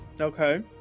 Okay